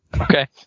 Okay